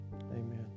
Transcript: Amen